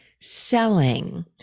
selling